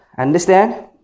Understand